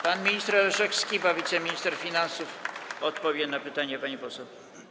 Pan minister Leszek Skiba, wiceminister finansów, odpowie na pytanie pani poseł.